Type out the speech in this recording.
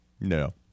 No